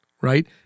right